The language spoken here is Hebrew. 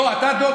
לא, אתה דוקטור.